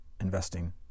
investing